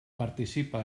participa